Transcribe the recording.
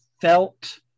felt